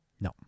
No